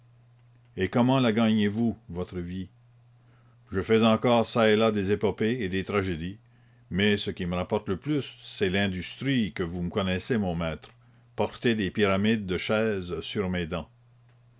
et comment la gagnez-vous votre vie je fais encore çà et là des épopées et des tragédies mais ce qui me rapporte le plus c'est l'industrie que vous me connaissez mon maître porter des pyramides de chaises sur mes dents